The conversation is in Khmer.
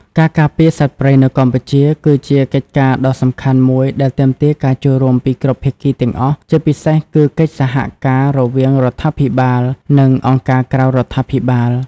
ការការពារសត្វព្រៃនៅកម្ពុជា គឺជាកិច្ចការដ៏សំខាន់មួយដែលទាមទារការចូលរួមពីគ្រប់ភាគីទាំងអស់ ជាពិសេសគឺកិច្ចសហការរវាងរដ្ឋាភិបាល និងអង្គការក្រៅរដ្ឋាភិបាល។